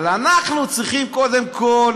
אבל אנחנו צריכים קודם כול